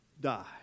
die